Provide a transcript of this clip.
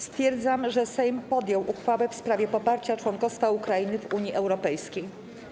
Stwierdzam, że Sejm podjął uchwałę w sprawie poparcia członkostwa Ukrainy w Unii Europejskiej.